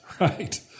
right